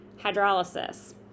hydrolysis